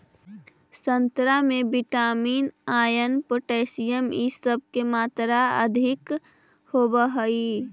संतरा में vitamin, iron, potassium इ सब के मात्रा अधिक होवऽ हई